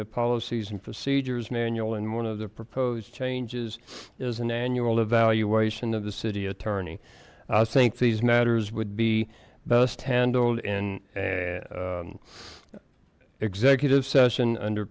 the policies and procedures manual and one of the proposed changes is an annual evaluation of the city attorney i think these matters would be best handled in executive session under